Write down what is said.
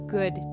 Good